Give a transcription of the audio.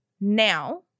now